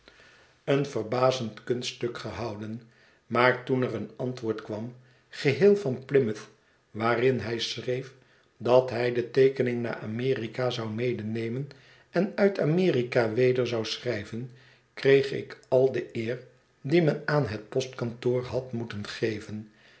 een verbazend kunststuk gehouden maar toen er een antwoord kwam geheel van plymouth waarin hij schreef dat hij de teekening naar amerika zou medenemen en uit amerika weder zou schrijven kreeg ik al de eer die men aan het postkantoor had moeten geven